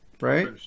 right